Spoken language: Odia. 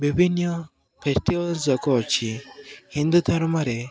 ବିଭିନ୍ନ ଫେଷ୍ଟିଭାଲ୍ ଯାକ ଅଛି ହିନ୍ଦୁ ଧର୍ମରେ